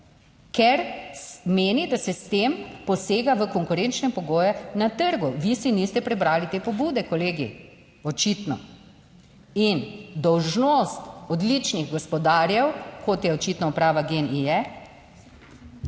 ker meni, da se s tem posega v konkurenčne pogoje na trgu. Vi si niste prebrali te pobude, kolegi, očitno in dolžnost odličnih gospodarjev, kot je očitno uprava GEN-I